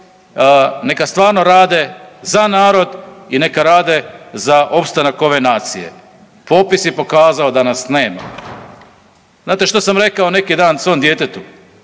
neka stvarno rade za narod i neka rade za opstanak ove nacije. Popis je pokazao da nas nema. Znate što sam rekao neki dan svom djetetu,